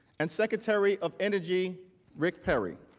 and secretary of energy rick perry.